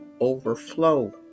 overflow